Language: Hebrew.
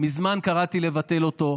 מזמן קראתי לבטל אותו.